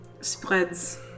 spreads